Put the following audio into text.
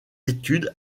études